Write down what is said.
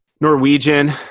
Norwegian